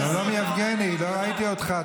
שלום יבגני, לא ראיתי אותך.